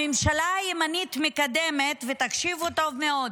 הממשלה הימנית מקדמת, ותקשיבו טוב מאוד,